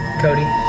Cody